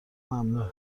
ممنوع